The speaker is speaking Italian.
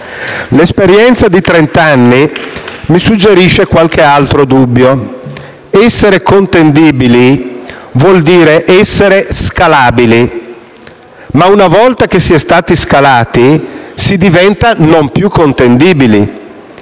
L'esperienza di trent'anni mi suggerisce qualche altro dubbio. Essere contendibili vuol dire essere scalabili. Ma una volta scalati, si diventa non più contendibili: